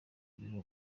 ibiro